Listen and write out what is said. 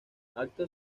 acto